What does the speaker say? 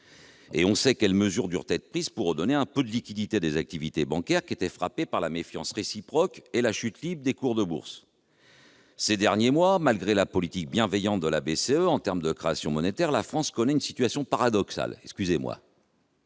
On sait quelles mesures durent être prises pour redonner un peu de liquidité à des activités bancaires frappées par la méfiance réciproque et la chute libre des cours de bourse. Ces derniers mois, malgré la politique bienveillante de la BCE en termes de création monétaire, la France connaît une situation paradoxale. Les